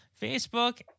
facebook